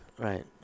Right